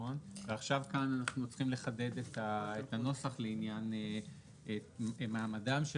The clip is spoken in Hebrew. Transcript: כאן אנחנו צריכים לחדד את הנוסח לעניין מעמדם של